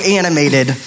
animated